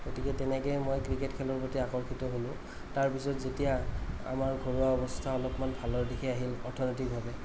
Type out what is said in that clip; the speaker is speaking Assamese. গতিকে তেনেকেই মই ক্ৰিকেট খেলৰ প্ৰতি আকৰ্ষিত হ'লোঁ তাৰপিছত যেতিয়া আমাৰ ঘৰুৱা অৱস্থা অলপমান ভালৰ দিশে আহিল অৰ্থনৈতিকভাৱে